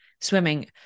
Swimming